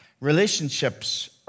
relationships